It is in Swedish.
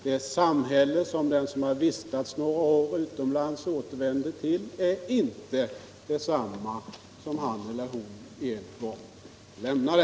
Det samhälle som den som vistats några år utomlands återvänder till är inte detsamma som det samhälle han eller hon en gång lämnade.